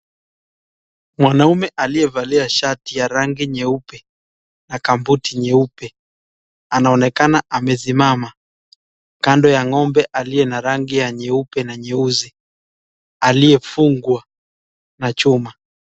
Mwanaume aliyevalia shati ya rangi nyeupe na kabuti nyeupe, anaonekana amesimama kando ya ng'ombe aliye na rangi ya nyeupe na nyeusi aliyefungwa na chuma.